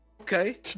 Okay